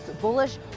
bullish